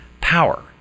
power